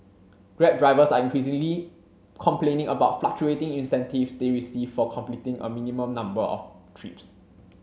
grab drivers are increasingly complaining about fluctuating incentives they receive for completing a minimum number of trips